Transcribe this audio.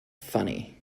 funny